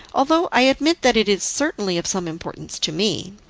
although i admit that it is certainly of some importance to me.